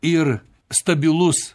ir stabilus